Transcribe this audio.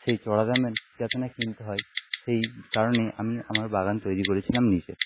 সেই চড়া দামের যাতে না কিনতে হয় সেই কারণেই আমি আমার বাগান তৈরি করেছিলাম নিজে